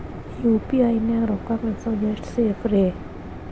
UPI ನ್ಯಾಗ ರೊಕ್ಕ ಕಳಿಸೋದು ಎಷ್ಟ ಸೇಫ್ ರೇ?